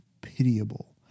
pitiable